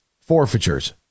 Forfeitures